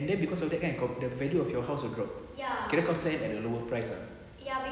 and then cause of that kan the value of your house will drop kira kau sell at a lower price ah